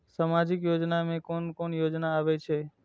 सामाजिक योजना में कोन कोन योजना आबै छै?